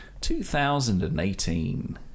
2018